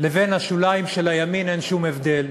לבין השוליים של הימין אין שום הבדל: